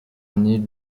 année